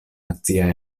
nacia